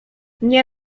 nie